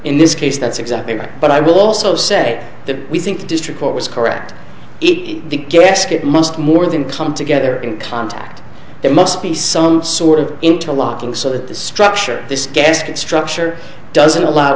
in this case that's exactly right but i will also say that we think the district court was correct it's the gasket must more than come together in contact there must be some sort of interlocking so that the structure this gasket structure doesn't allow